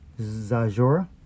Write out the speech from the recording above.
Zajora